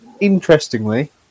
interestingly